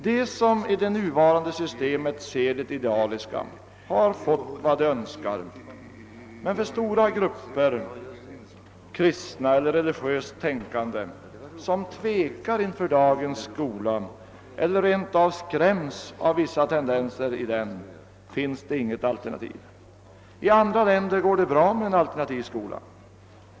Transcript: De som i det nuvarande systemet ser det idealiska har fått vad de önskar, men för stora grupper kristna eller religiöst tänkande, som tvekar inför dagens skola eller rent av skräms av vissa tendenser i den, finns det inget alternativ. I andra länder går det bra med alternativ skola.